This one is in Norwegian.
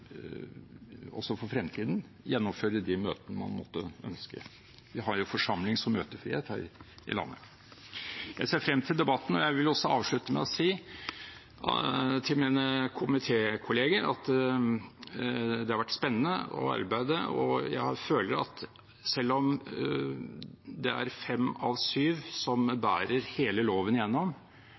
også for fremtiden gjennomføre de møtene man måtte ønske. Vi har jo forsamlings- og møtefrihet her i landet. Jeg ser frem til debatten, og jeg vil avslutte med å si til mine komitékolleger at det har vært spennende å arbeide, og jeg føler at selv om det er fem av syv som bærer hele loven igjennom,